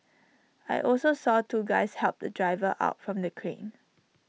I also saw two guys help the driver out from the crane